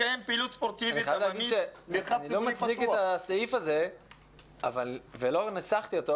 אני חייב להגיד שאני לא מצדיק את הסעיף הזה ולא ניסחתי אותו,